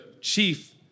chief